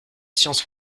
science